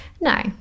no